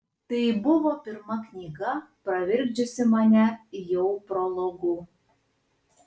tai buvo pirma knyga pravirkdžiusi mane jau prologu